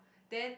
then